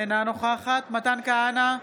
אינה נוכחת מתן כהנא,